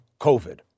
COVID